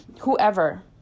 whoever